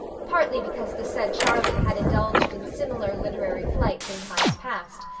partly because the said charlie had indulged in similar literary flights in times past,